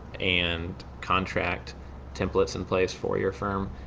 and contract templates in place for your firm.